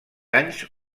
anys